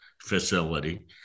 facility